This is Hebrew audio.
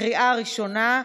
בקריאה ראשונה,